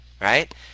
right